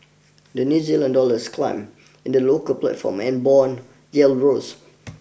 the New Zealand dollars climbed in the local platform and bond yields rose